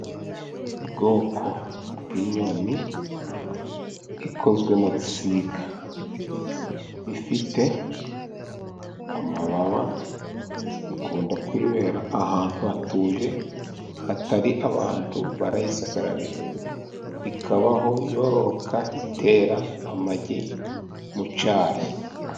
Ubwoko bw'inyoni ikozwe mu bisiga. Ifite amababa, ikunda kwibera ahantu hatuje hatari abantu barayisagararira. Ikabaho yororoka itera amagi mu cyari.